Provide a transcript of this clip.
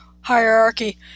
hierarchy